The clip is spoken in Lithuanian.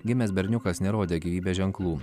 gimęs berniukas nerodė gyvybės ženklų